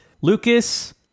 Lucas